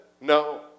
No